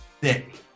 thick